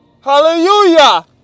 Hallelujah